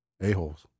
a-holes